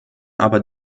aber